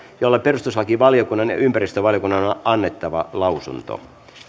jolle perustuslakivaliokunnan ja ympäristövaliokunnan on annettava lausunto